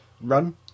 Run